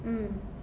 mm